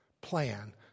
plan